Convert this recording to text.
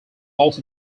also